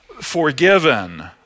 forgiven